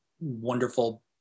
wonderful